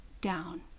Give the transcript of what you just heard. down